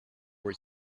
were